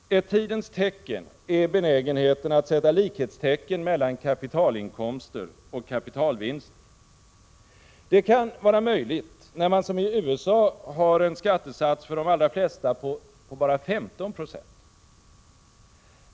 Ett tidens tecken är benägenheten att sätta likhetstecken mellan kapitalinkomster och kapitalvinster. Det kan vara möjligt att göra när man som i USA har en skattesats för de allra flesta på bara 15 96.